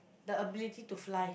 the ability to fly